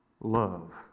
love